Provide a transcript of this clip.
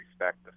respect